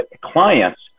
clients